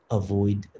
avoid